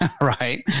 Right